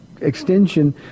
Extension